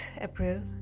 April